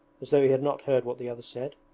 as though he had not heard what the other said.